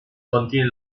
contiene